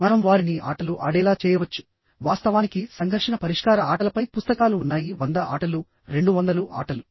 మనం వారిని ఆటలు ఆడేలా చేయవచ్చు వాస్తవానికి సంఘర్షణ పరిష్కార ఆటలపై పుస్తకాలు ఉన్నాయి 100 ఆటలు 200 ఆటలు